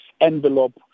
envelope